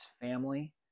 family